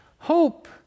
Hope